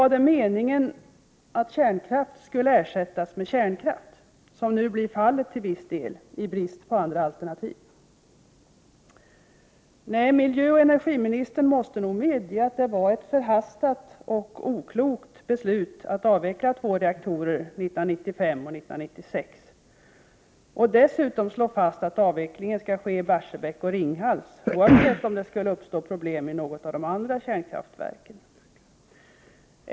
Var det meningen att kärnkraft skulle ersättas med kärnkraft, vilket nu blir fallet till viss del till följd av brist på andra alternativ? Nej, miljöoch energiministern måste nog medge att det var ett förhastat och oklokt beslut att avveckla två reaktorer 1995 och 1996. Dessutom slog man fast att avvecklingen skall ske i Barsebäck och Ringhals, oavsett om det skulle uppstå problem i något av de andra kärnkraftverken.